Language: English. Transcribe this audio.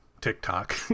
TikTok